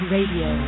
Radio